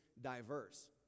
diverse